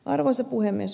arvoisa puhemies